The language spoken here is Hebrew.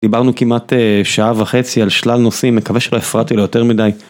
דיברנו כמעט אה... שעה וחצי על שלל נושאים, מקווה שלא הפרעתי לו יותר מדי.